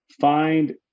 find